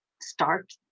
start